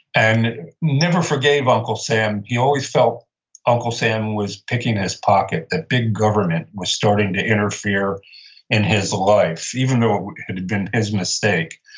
and never forgave uncle sam. he always felt uncle sam was picking his pocket, that big government was starting to interfere in his life, even though it had been his mistake.